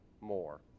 more